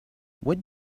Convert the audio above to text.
what